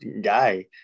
guy